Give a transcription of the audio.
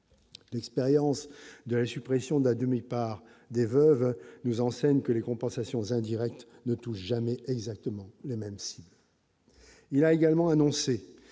L'expérience de la suppression de la demi-part des veuves nous enseigne que les compensations indirect de tout jamais exactement le même, il